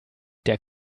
der